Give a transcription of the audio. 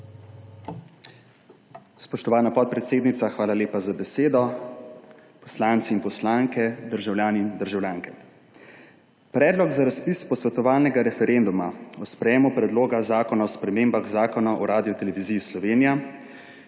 Spoštovana podpredsednica, hvala lepa za besedo. Poslanci in poslanke, državljani in državljanke! Predlog za razpis posvetovalnega referenduma o sprejemu Predloga zakona o spremembah Zakona o Radioteleviziji Slovenija,